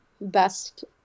best